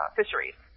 fisheries